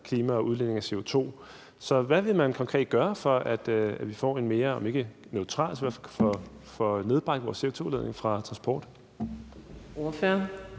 klima og udledning af CO2. Så hvad vil man konkret gøre, for at vi får en mere om ikke neutral CO2-udledning, så i hvert fald reduktion af vores CO2-udledning fra transport? Kl.